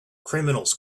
criminals